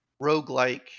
roguelike